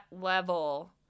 level